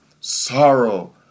sorrow